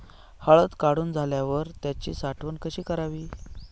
हळद काढून झाल्यावर त्याची साठवण कशी करावी?